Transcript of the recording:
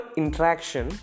interaction